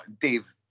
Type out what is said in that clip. Dave